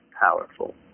powerful